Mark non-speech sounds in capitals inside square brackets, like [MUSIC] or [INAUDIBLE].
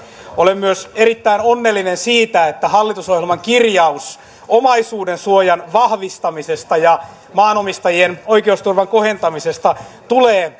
olen myös erittäin onnellinen siitä että hallitusohjelman kirjaus omaisuudensuojan vahvistamisesta ja maanomistajien oikeusturvan kohentamisesta tulee [UNINTELLIGIBLE]